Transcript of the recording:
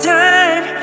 time